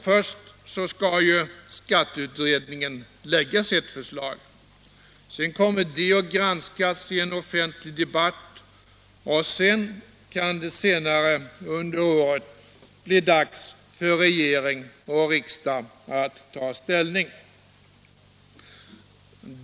Först skall skatteutredningen lägga fram sitt förslag, sedan kommer det att granskas i en offentlig debatt, och senare under året kan det bli dags för regering och riksdag att ta ställning.